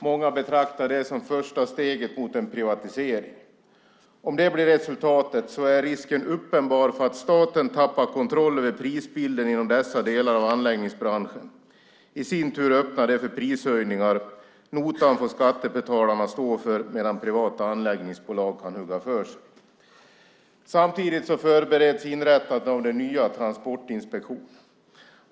Många betraktar det som första steget mot en privatisering. Om det blir resultatet är risken uppenbar att staten tappar kontroll över prisbilden inom dessa delar av anläggningsbranschen. I sin tur öppnar det för prishöjningar. Notan får skattebetalarna stå för, medan privata anläggningsbolag kan hugga för sig. Samtidigt förbereds inrättandet av den nya transportinspektionen.